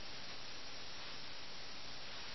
അവർ എന്തിന് രാജാക്കന്മാർക്കോ രാജ്യങ്ങൾക്കോ വേണ്ടി മരിക്കണം